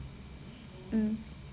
mm